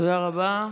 תודה רבה.